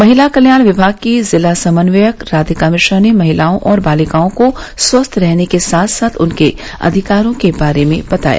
महिला कल्याण विभाग की जिला समन्वयक राधिका मिश्रा ने महिलाओं और बालिकाओं को स्वस्थ रहने के साथ साथ उनके अधिकारों के बारे में बताया